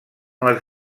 les